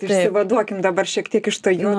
išsivaduokim dabar šiek tiek iš to ju